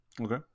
Okay